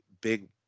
big